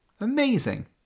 Amazing